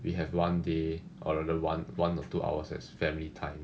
we have one day or the one one or two hours as family time